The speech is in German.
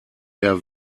der